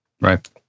Right